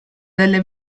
delle